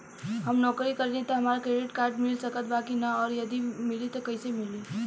हम नौकरी करेनी त का हमरा क्रेडिट कार्ड मिल सकत बा की न और यदि मिली त कैसे मिली?